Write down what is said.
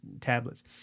tablets